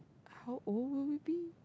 how old will we be